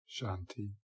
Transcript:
Shanti